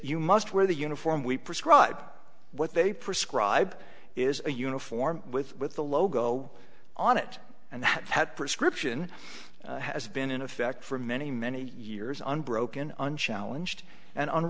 you must wear the uniform we prescribe what they prescribe is a uniform with with the logo on it and that prescription has been in effect for many many years unbroken unchallenged and